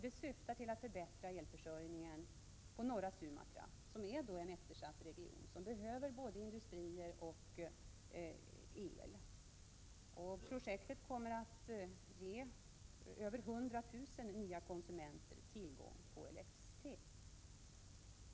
Det syftar till att förbättra elförsörjningen på norra Sumatra som är en eftersatt region som behöver både industrier och el. Projektet kommer att ge över 100 000 konsumenter tillgång till elektricitet.